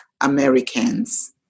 Americans